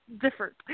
different